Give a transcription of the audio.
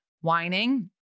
whining